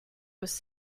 was